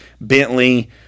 Bentley